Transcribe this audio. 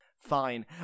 Fine